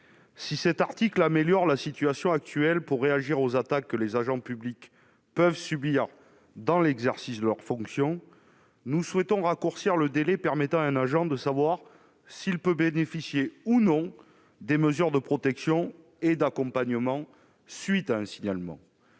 Si cet article améliore la situation actuelle en précisant les modalités de réaction aux attaques que les agents publics peuvent subir dans l'exercice de leurs fonctions, nous souhaitons raccourcir le délai permettant à un agent de savoir s'il peut bénéficier ou non des mesures de protection et d'accompagnement à la suite d'un signalement.